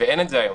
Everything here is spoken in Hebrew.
ואין את זה היום.